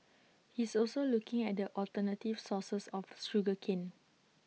he is also looking at alternative sources of sugar cane